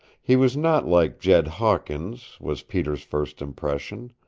he was not like jed hawkins, was peter's first impression.